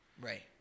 Right